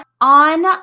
on